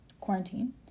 quarantine